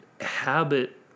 habit